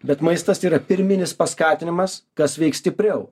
bet maistas yra pirminis paskatinimas kas veiks stipriau